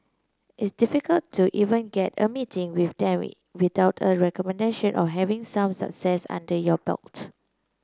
it's difficult to even get a meeting with them without a recommendation or having some success under your belt